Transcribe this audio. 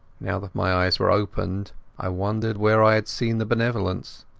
now that my eyes were opened i wondered where i had seen the benevolence.